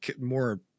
more